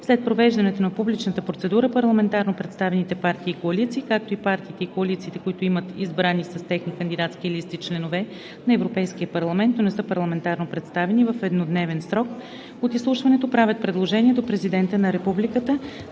След провеждането на публичната процедура парламентарно представените партии и коалиции, както и партиите и коалициите, които имат избрани с техните кандидатски листи членове на Европейския парламент, но не са парламентарно представени, в еднодневен срок от изслушването правят предложения до Президента на Републиката